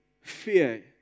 fear